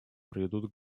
приведут